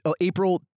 April